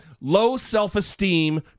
low-self-esteem